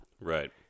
Right